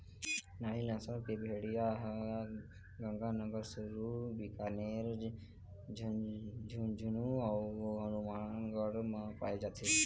नाली नसल के भेड़िया ह गंगानगर, चूरू, बीकानेर, झुंझनू अउ हनुमानगढ़ म पाए जाथे